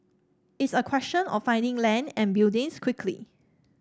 it's a question of finding land and buildings quickly